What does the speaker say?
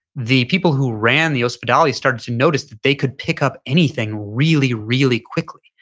the people who ran the ospedali started to notice that they could pick up anything really, really quickly.